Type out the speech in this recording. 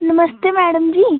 नमस्ते madam जी